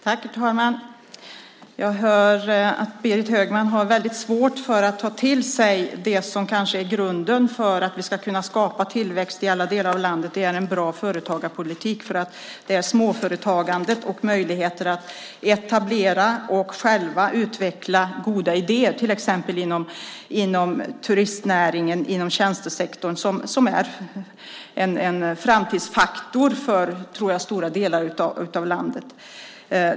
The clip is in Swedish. Herr talman! Jag hör att Berit Högman har väldigt svårt att ta till sig det som kanske är grunden för att vi ska kunna skapa tillväxt i alla delar av landet. Det är en bra företagarpolitik. Det är småföretagandet och möjligheter att etablera och själva utveckla goda idéer till exempel inom turistnäringen och tjänstesektorn som är en framtidsfaktor för stora delar av landet.